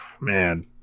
man